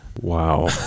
Wow